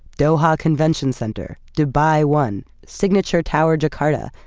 doha convention center, dubai one, signature tower jakarta,